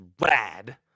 rad